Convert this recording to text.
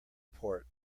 port